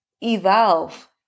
evolve